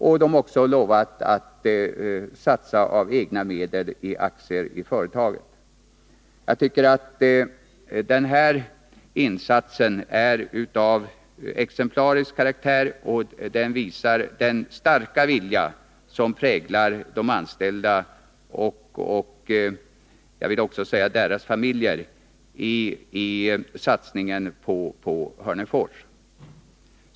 De anställda har också lovat att satsa av egna medel i aktier i företaget. Jag tycker att det här är en exemplarisk insats, och den visar vilken stark vilja som präglar de anställda och även deras familjer när det gäller satsningen på Hörnefors.